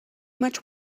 much